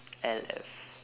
L F